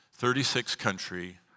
36-country